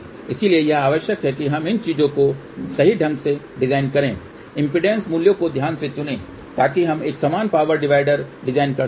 इसलिए यह आवश्यक है कि हम इन चीजों को सही ढंग से डिजाइन करें इम्पीडेन्स मूल्यों को ध्यान से चुनें ताकि हम एक समान पावर डिवाइडर डिजाइन कर सकें